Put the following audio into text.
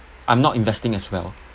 I'm not investing as well